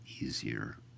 easier